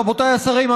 רבותיי השרים,